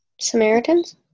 Samaritans